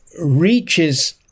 reaches